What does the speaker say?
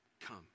come